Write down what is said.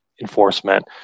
enforcement